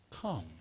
come